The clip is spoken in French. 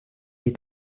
est